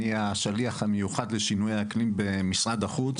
ואני השליח המיוחד לשינויי האקלים במשרד החוץ.